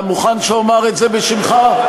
אתה מוכן לומר את זה בשמך?